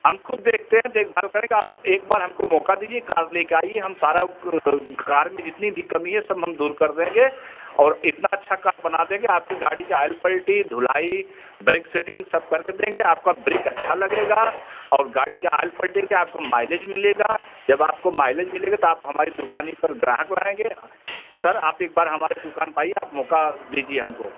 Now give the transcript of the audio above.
हम ख़ुद देखते हैं देख भाल करेंगे आप एक बार हमको मौक़ा दीजिए कार ले कर आइए हम सारा कार में जितनी भी कमी सब हम दूर कर देंगे और इतनी अच्छी कार बना देंगे आपकी गाड़ी का आइल पलटी धुलाई ब्रेक सेटिंग सब कर के देंगे आपका ब्रेक अच्छा लगेगा और गाड़ी का आइल पलटेंगे आपको मायलेज मिलेगा जब आपको मायलेज मिलेगा तो आप हमारी दुकान ही पर ग्राहक लोग आएँगे सर आप एक बार हमारे दुकान पर आइए आप मौक़ा दीजिए हमको